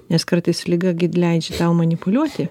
nes kartais liga gi leidžia tau manipuliuoti